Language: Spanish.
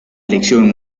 elección